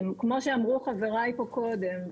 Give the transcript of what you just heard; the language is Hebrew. כמו שאמרו חברי פה קודם,